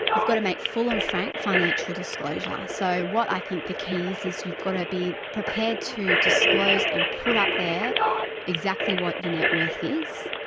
you've got to make full and frank financial disclosure. so, what i think the key is, you've got to be prepared to disclose and put up there exactly what your net worth is,